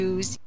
Use